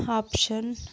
option